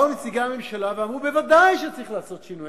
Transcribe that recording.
באו נציגי הממשלה ואמרו: ודאי שצריך לעשות שינוי.